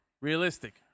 realistic